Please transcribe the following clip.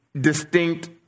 distinct